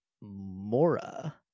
Mora